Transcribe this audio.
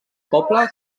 poble